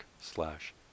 slash